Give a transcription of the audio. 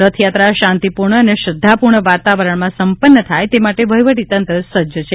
રથયાત્રા શાંતિપૂર્ણ અને શ્રધ્ધાપૂર્ણ વાતાવરણમાં સંપન્ન થાય તે માટે વહીવટીતંત્ર સજ્જ છે